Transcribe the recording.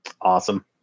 Awesome